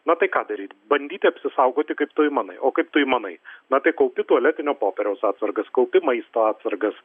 na tai ką daryti bandyti apsisaugoti kaip tu manai o kaip tu manai na tai kaupi tualetinio popieriaus atsargas kaupi maisto atsargas